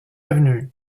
avenue